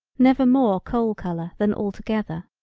never more coal color than altogether.